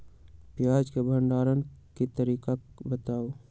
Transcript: प्याज के भंडारण के तरीका बताऊ?